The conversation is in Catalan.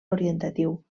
orientatiu